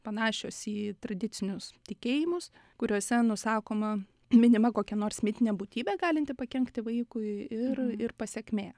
panašios į tradicinius tikėjimus kuriuose nusakoma minima kokia nors mitinė būtybė galinti pakenkti vaikui ir ir pasekmė